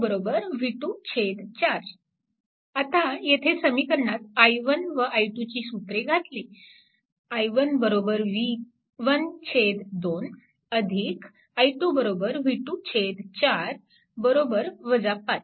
म्हणून i2 v2 4 आता येथे समीकरणात i1 व i2 ची सूत्रे घातली i1 v1 2 अधिक i2 v2 4 बरोबर 5